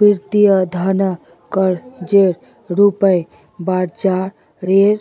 वित्तीय धन कर्जार रूपत ब्याजरेर